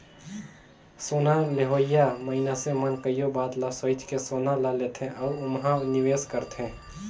सोना लेहोइया मइनसे मन कइयो बात ल सोंएच के सोना ल लेथे अउ ओम्हां निवेस करथे